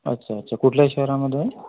अच्छा अच्छा कुठल्या शहरामध्ये आहे